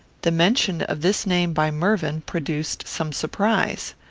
the mention of this name by mervyn produced some surprise.